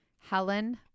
helen